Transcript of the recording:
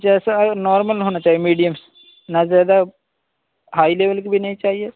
جیسا اگر نارمل ہونا چاہیے میڈیم نہ زیادہ ہائی لیول کی بھی نہیں چاہیے